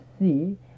see